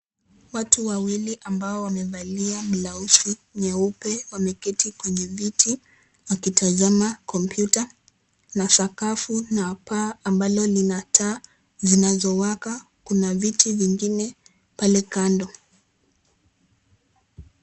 Watu wawili ambao wamevalia blausi nyeupe wameketi kwenye viti wakitazama kompyuta na sakafu na paa ambalo lina taa zinazawaka kuna viti vingine pale kando.